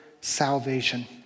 salvation